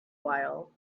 while